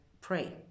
pray